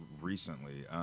Recently